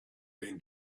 been